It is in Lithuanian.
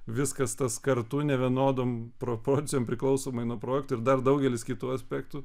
viskas tas kartu nevienodom proporcijom priklausomai nuo projektų ir dar daugelis kitų aspektų